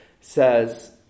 says